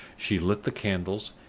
she lit the candles,